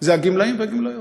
זה הגמלאים והגמלאיות.